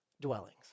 dwellings